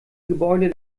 gebäude